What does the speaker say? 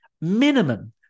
minimum